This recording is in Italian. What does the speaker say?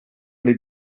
alle